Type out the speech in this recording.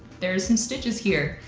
there are some stitches here.